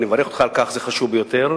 אני מברך אותך על כך, זה חשוב ביותר.